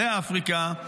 לאפריקה,